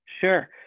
Sure